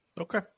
okay